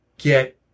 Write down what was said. get